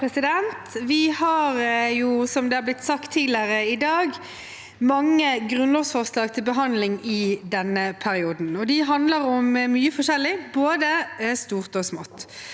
i dag, mange grunnlovsforslag til behandling i denne perioden. De handler om mye forskjellig, både stort og smått.